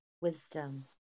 wisdom